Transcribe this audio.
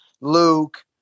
Luke